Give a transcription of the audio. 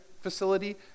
facility